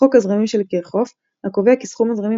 חוק הזרמים של קירכהוף - הקובע כי סכום הזרמים